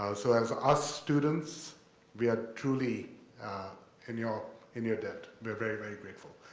so as us students we are truly in your in your debt. we are very very grateful.